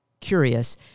curious